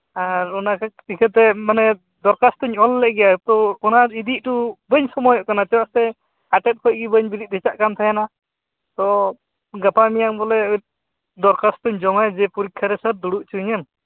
ᱟᱨ ᱚᱱᱟ ᱤᱠᱟᱹᱛᱮ ᱢᱟᱱᱮ ᱫᱚᱨᱠᱟᱥᱛᱚᱧ ᱚᱞ ᱞᱮᱫ ᱜᱮᱭᱟ ᱛᱚ ᱚᱱᱟ ᱤᱫᱤ ᱦᱚᱴᱚ ᱵᱟᱹᱧ ᱥᱚᱢᱚᱭᱚᱜ ᱠᱟᱱᱟ ᱪᱮᱫᱟᱜ ᱥᱮ ᱟᱴᱮᱫ ᱠᱷᱚᱱ ᱜᱮ ᱵᱟᱹᱧ ᱵᱮᱨᱮᱫ ᱫᱷᱟᱪᱟᱜ ᱠᱟᱱ ᱛᱟᱦᱮᱱᱟ ᱛᱚ ᱜᱟᱯᱟ ᱢᱮᱭᱟᱝ ᱵᱚᱞᱮ ᱫᱚᱨᱠᱷᱟᱥᱛᱚᱧ ᱡᱚᱢᱟᱭᱟ ᱡᱮ ᱯᱚᱨᱤᱠᱠᱷᱟ ᱨᱮ ᱥᱟᱨ ᱫᱩᱲᱩᱵ ᱦᱚᱪᱚᱣᱟᱹᱧᱟᱹᱢ